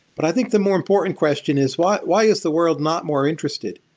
but i think the more important question is why why is the world not more interested?